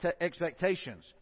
expectations